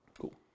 Cool